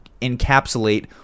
encapsulate